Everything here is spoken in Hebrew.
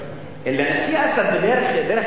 לנשיא אסד, דרך אגב,